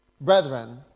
brethren